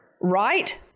right